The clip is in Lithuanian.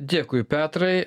dėkui petrai